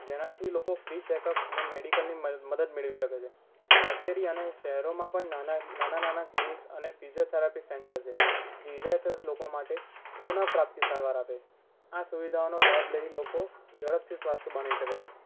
જેનાથી લોકો free checkup અને મેડિકલની મદદ મેળવી શકે છે કચેરી અને શહેરોમાં પણ નાનાં નાનાં ક્લિનિક્સ અને ફીઝીઓથેરાપી સેન્ટર છે જે ઇજાગ્રસ્ત લોકો માટે પુન પ્રાપ્તિ સારવાર આપે છે આ સુવિધાઓનો લાભ લઈને લોકો ઝડપથી સ્વાસ્થ્ય બનાવી શકે છે